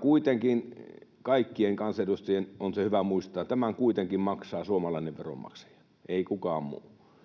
Kuitenkin kaikkien kansanedustajien on hyvä muistaa se, että tämän kuitenkin maksaa suomalainen veronmaksaja, ei kukaan muu.